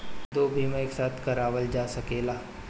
दो बीमा एक साथ करवाईल जा सकेला?